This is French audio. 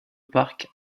park